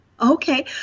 Okay